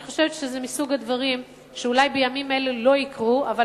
אני חושבת שזה מסוג הדברים שאולי לא יקרו בימים אלה,